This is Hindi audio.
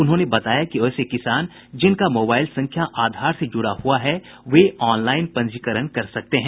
उन्होंने बताया कि वैसे किसान जिनका मोबाईल संख्या आधार से जुड़ा हुआ है वे ऑनलाईन पंजीकरण कर सकते हैं